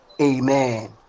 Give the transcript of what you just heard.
Amen